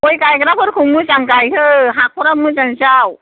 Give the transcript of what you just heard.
बै गायग्राफोरखौ मोजां गायहो हाख'रफ्रा मोजां जाव